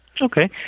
Okay